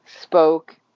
spoke